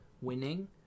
winning